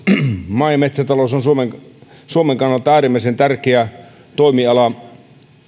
maa ja metsätalous on suomen suomen kannalta äärimmäisen tärkeä toimiala